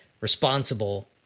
responsible